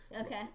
Okay